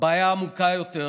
הבעיה העמוקה יותר